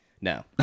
No